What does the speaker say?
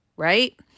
right